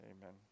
Amen